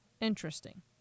Interesting